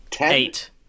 eight